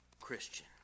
Christian